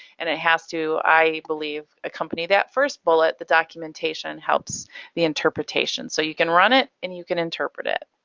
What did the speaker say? and it has to, i believe, accompany that first bullet. the documentation helps the interpretation, so you can run it and you can interpret it.